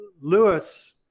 Lewis